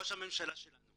ראש הממשלה שלנו